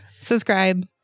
subscribe